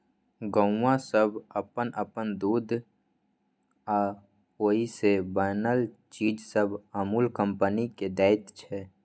गौआँ सब अप्पन अप्पन दूध आ ओइ से बनल चीज सब अमूल कंपनी केँ दैत छै